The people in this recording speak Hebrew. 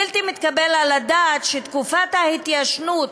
בלתי מתקבל על הדעת שתקופת ההתיישנות